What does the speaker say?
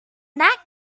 that